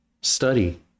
Study